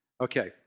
Okay